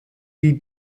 die